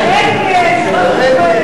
האמת, כן.